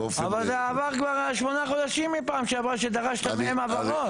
אבל עברו כבר שמונה חודשים מהפעם שעברה שדרשת מהם הבהרות.